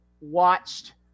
watched